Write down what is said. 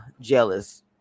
jealous